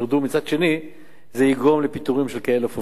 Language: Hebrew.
מצד שני זה יגרום לפיטורים של כ-1,000 עובדים.